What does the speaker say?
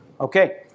Okay